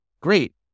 great